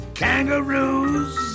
kangaroos